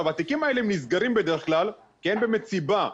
התיקים האלה נסגרים בדרך כלל, כי אין באמת סיבה,